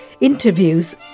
interviews